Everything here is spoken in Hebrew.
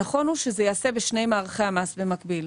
הנכון הוא שזה ייעשה בשני מערכי המס במקביל.